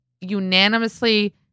unanimously